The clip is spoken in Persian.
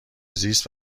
زیست